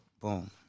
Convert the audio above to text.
Boom